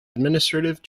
administrative